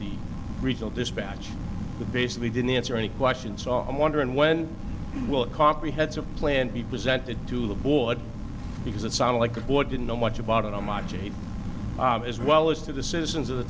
the regional dispatch the basically didn't answer any questions so i'm wondering when will a comprehensive plan be presented to the board because it sounds like a board didn't know much about it on my journey as well as to the citizens of the